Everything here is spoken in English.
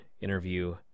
interview